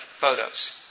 photos